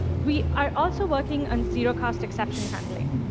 we are also working on zero-cost exception handling.